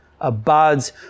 abides